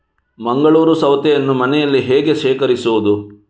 ಮಂಗಳೂರು ಸೌತೆಯನ್ನು ಮನೆಯಲ್ಲಿ ಹೇಗೆ ಶೇಖರಿಸುವುದು?